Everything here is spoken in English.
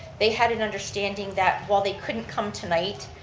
they had an understanding that while they couldn't come tonight,